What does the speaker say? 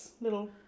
Little